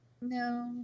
No